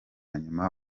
nyuma